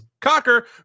Cocker